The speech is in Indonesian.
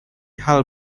hal